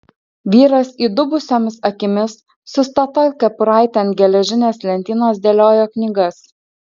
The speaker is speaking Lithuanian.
vyras įdubusiomis akimis su statoil kepuraite ant geležinės lentynos dėliojo knygas